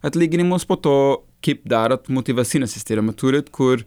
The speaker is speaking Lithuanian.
atlyginimus po to kaip darot motyvacinė sisterna turit kur